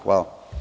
Hvala.